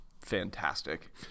fantastic